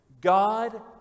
God